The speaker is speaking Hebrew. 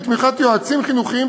בתמיכת יועצים חינוכיים,